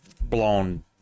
blown